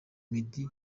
meddy